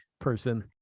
person